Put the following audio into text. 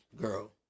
Girl